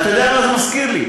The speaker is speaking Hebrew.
ואתה יודע מה זה מזכיר לי?